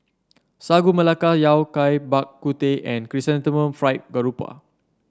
Sagu Melaka Yao Cai Bak Kut Teh and Chrysanthemum Fried Garoupa